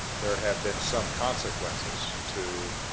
there have been some consequences to